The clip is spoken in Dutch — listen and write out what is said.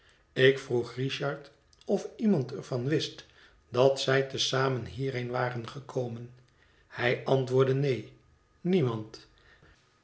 ik vroeg richard of iemand er van wist dat zij te zamen hierheen waren gekomen hij antwoordde neen niemand